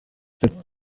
setzt